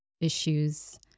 issues